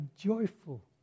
joyful